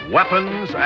Weapons